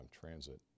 transit